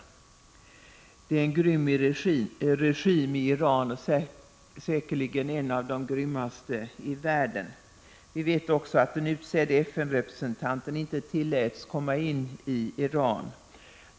Regimen i Iran är grym, säkerligen en av de grymmaste i världen. Vi vet också att den utsedde FN-representanten inte tilläts komma in i Iran.